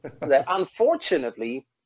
Unfortunately